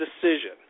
decision